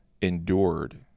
endured